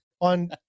on